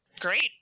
great